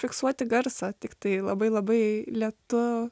fiksuoti garsą tiktai labai labai lėtu